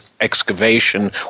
excavation